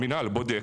המנהל בודק,